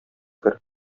кер